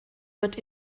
wird